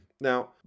Now